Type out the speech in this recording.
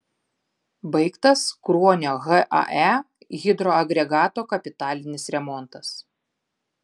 baigtas kruonio hae hidroagregato kapitalinis remontas